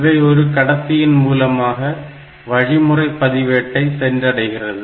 இவை ஒரு கடத்தியின் மூலமாக வழிமுறை பதிவேட்டை சென்றடைகிறது